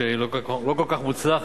שהיא לא כל כך מוצלחת,